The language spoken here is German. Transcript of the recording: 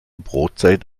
brotzeit